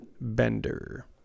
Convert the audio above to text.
Bender